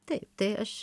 taip tai aš